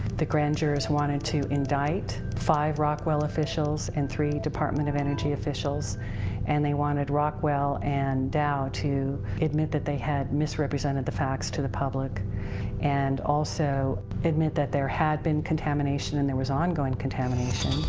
the grand jurors wanted to indict five rockwell officials and three department of energy officials and they wanted rockwell and dow to admit that they had misrepresented the facts to the public and also admit that there had been contamination and there was ongoing contamination.